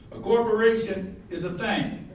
a corporation is a thing.